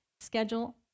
schedule